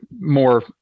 more